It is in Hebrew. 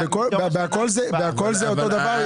בהכול זה אותו דבר,